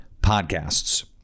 podcasts